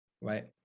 right